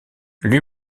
lui